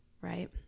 right